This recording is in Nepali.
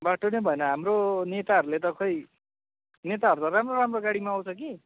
बाटो नै भएन हाम्रो नेताहरले त खोई नेताहरू त राम्रो राम्रो गाडीमा आउँछ कि